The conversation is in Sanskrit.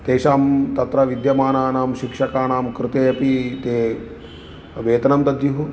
तेषां तत्र विद्यमानानां शिक्षकानां कृते अपि ते वेतनं दद्युः